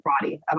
body